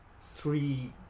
three